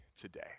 today